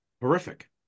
Horrific